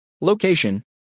Location